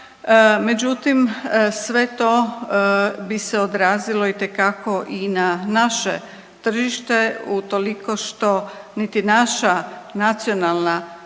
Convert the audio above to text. međutim sve to bi se odrazilo itekako i na naše tržište utoliko što niti naša nacionalna